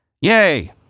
Yay